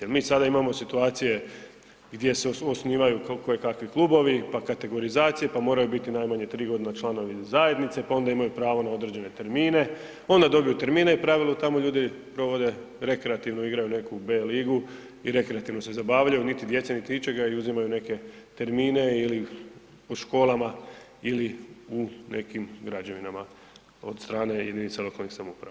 Mi sada imamo situacije gdje se osnivaju koje kakvi klubovi, pa kategorizacije, pa moraju biti najmanje 3 godine članovi zajednice, pa onda imaju pravo na određene termine, onda dobiju termine i u pravilu tamo ljudi provode, rekreativno igraju neku B ligu i rekreativno se zabavljaju, niti djece, niti ičega i uzimaju neke termine ili po školama ili u nekim građevnima od strane jedinica lokalnih samouprava.